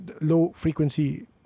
low-frequency